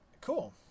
Cool